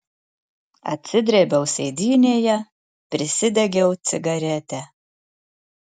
atsidrėbiau sėdynėje prisidegiau cigaretę